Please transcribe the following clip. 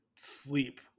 sleep